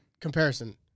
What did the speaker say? comparison